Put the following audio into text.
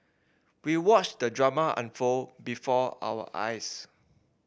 we watched the drama unfold before our eyes